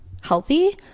healthy